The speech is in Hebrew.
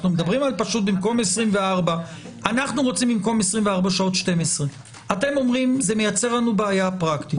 אנחנו רוצים במקום 24 שעות 12. אתם אומרים: זה מייצר לנו בעיה פרקטית.